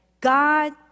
God